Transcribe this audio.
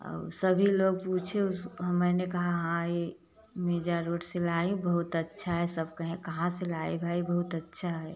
और सभी लोग पूछे मैंने कहा हाँ ये मेजा रोड से लाई हूँ बहुत अच्छा है सब कहे कहाँ से लाई भाई बहुत अच्छा है